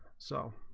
so